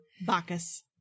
Bacchus